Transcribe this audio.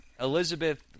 Elizabeth